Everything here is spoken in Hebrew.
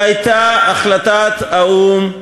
כשהייתה החלטת האו"ם,